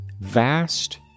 vast